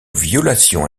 violation